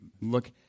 look